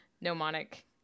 mnemonic